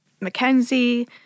Mackenzie